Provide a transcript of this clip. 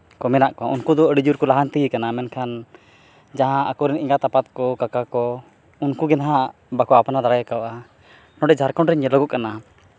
ᱠᱚ ᱢᱮᱱᱟᱜ ᱠᱚᱣᱟ ᱩᱱᱠᱩ ᱫᱚ ᱟᱹᱰᱤᱡᱳᱨ ᱠᱚ ᱞᱟᱦᱟᱱᱛᱤ ᱟᱠᱟᱱᱟ ᱢᱮᱱᱠᱷᱟᱱ ᱡᱟᱦᱟᱸ ᱟᱠᱚᱨᱮᱱ ᱮᱜᱟᱸᱛᱼᱟᱯᱟᱛ ᱠᱚ ᱠᱟᱠᱟ ᱠᱚ ᱩᱱᱠᱩᱜᱮ ᱦᱟᱸᱜ ᱵᱟᱠᱚ ᱟᱯᱱᱟᱨ ᱫᱟᱲᱮᱭᱟᱠᱟᱣᱫᱟ ᱱᱚᱸᱰᱮ ᱡᱷᱟᱲᱠᱷᱚᱸᱰ ᱨᱮ ᱧᱮᱞᱚᱜᱚᱜ ᱠᱟᱱᱟ